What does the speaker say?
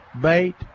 bait